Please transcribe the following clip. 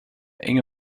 enge